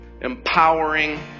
empowering